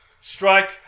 Strike